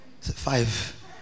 Five